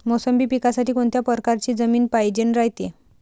मोसंबी पिकासाठी कोनत्या परकारची जमीन पायजेन रायते?